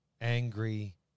angry